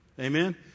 Amen